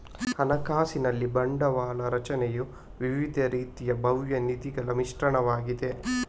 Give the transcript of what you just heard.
ಹಣಕಾಸಿನಲ್ಲಿ ಬಂಡವಾಳ ರಚನೆಯು ವಿವಿಧ ರೀತಿಯ ಬಾಹ್ಯ ನಿಧಿಗಳ ಮಿಶ್ರಣವಾಗಿದೆ